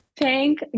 Thank